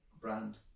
brand